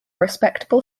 respectable